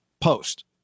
post